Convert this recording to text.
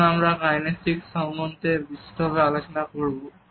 যখন আমরা কাইনেসিকস সম্বন্ধে বিশদভাবে আলোচনা করব